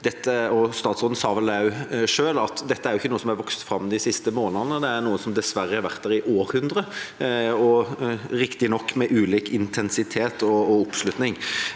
statsråden sa det vel selv også – er ikke dette noe som er vokst fram de siste månedene, det er noe som dessverre har vært der i århundrer, riktignok med ulik intensitet og oppslutning.